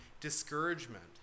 discouragement